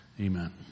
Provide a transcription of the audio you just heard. Amen